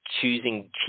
choosing